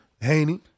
Haney